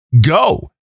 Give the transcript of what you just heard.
go